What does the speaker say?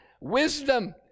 Wisdom